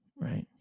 right